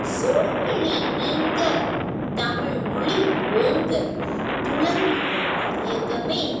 சூழ்கலி நீங்கள் தமிழ்மொழி ஓங்க துலங்குக வையகமே